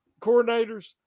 coordinators